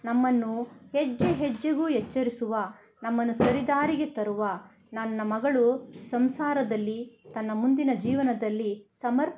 ನಮ್ಮನ್ನು ಹೆಜ್ಜೆ ಹೆಜ್ಜೆಗೂ ಎಚ್ಚರಿಸುವ ನಮ್ಮನ್ನು ಸರಿ ದಾರಿಗೆ ತರುವ ನನ್ನ ಮಗಳು ಸಂಸಾರದಲ್ಲಿ ತನ್ನ ಮುಂದಿನ ಜೀವನದಲ್ಲಿ ಸಮ